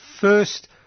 first